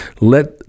Let